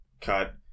Cut